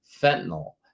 fentanyl